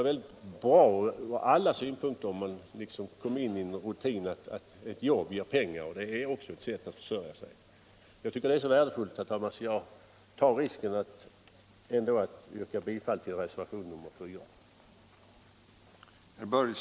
Det skulle från alla synpunkter vara bra om man fick en rutin att jobb ger pengar och att även det är ett sätt att försörja sig. Jag tycker att det är så värdefullt att jag trots allt tar risken att yrka bifall till reservationen 4.